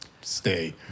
stay